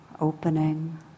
opening